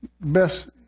Best